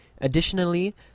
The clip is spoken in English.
Additionally